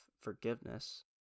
forgiveness